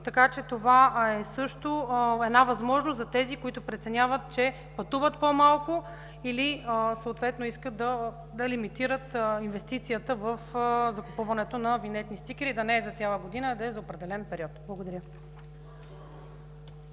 стикери. Това също е възможно за тези, които преценяват, че пътуват по-малко, съответно да лимитират инвестицията в купуването на винетни стикери, но не за цяла година, а за определен период. Благодаря.